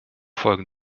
folgen